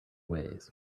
ways